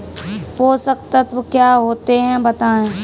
पोषक तत्व क्या होते हैं बताएँ?